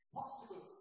possible